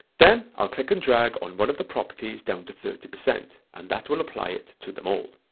then i'll click and drag on one of the properties down to thirty percent and that will apply it to them all.